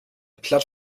platt